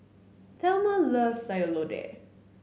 Thelma loves Sayur Lodeh